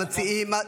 המציעים,